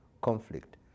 conflict